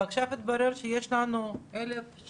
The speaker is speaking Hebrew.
ועכשיו מתברר שיש לנו 1,700?